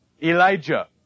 Elijah